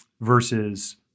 versus